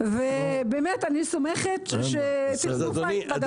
ובאמת אני סומכת שתתנו פייט בעניין הזה.